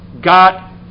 got